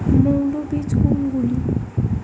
মৌল বীজ কোনগুলি?